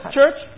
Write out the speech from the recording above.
church